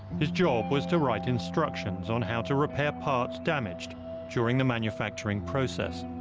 his job was to write instructions on how to repair parts damaged during the manufacturing process.